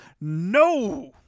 no